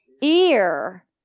ear